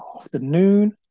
afternoon